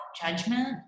judgment